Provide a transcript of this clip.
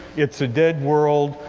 it's a dead world.